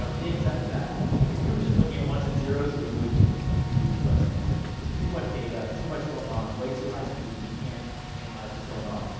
so things that, if we were just looking at ones and zeroes, we would we would kill ourselves. like, it's just too much data, too much going on, way too high speed, we can't analyze what's going on.